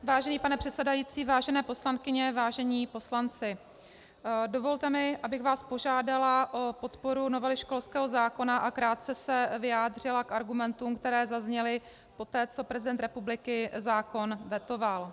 Vážený pane předsedající, vážené poslankyně, vážení poslanci, dovolte mi, abych vás požádala o podporu novely školského zákona a krátce se vyjádřila k argumentům, které zazněly poté, co prezident republiky zákon vetoval.